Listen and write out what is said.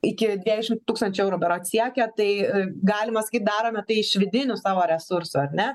iki keturiasdešimt tūkstančių eurų berods siekia tai galima sakyt darome tai iš vidinių savo resursų ar ne